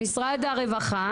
בבקשה, משרד הרווחה,